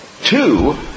two